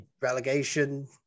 relegation